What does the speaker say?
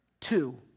Two